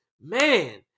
man